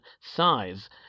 size